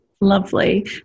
Lovely